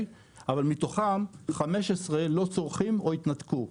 מתוכם 15 לא צורכים או התנתקו.